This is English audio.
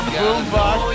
boombox